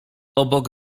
obok